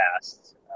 past